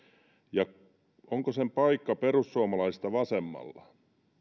ja onko sen paikka perussuomalaisista vasemmalla